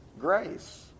Grace